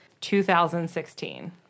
2016